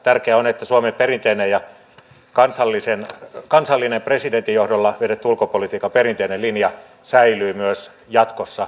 tärkeää on että suomen perinteinen ja kansallinen presidentin johdolla vedetty ulkopolitiikan perinteinen linja säilyy myös jatkossa